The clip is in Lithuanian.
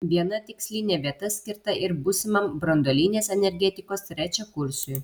viena tikslinė vieta skirta ir būsimam branduolinės energetikos trečiakursiui